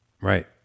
Right